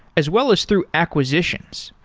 as well as through acquisitions.